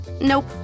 Nope